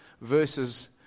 verses